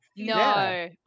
no